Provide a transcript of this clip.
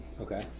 Okay